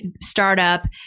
startup